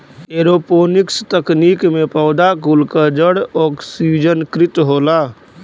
aeroponics तकनीकी में पौधा कुल क जड़ ओक्सिजनकृत होला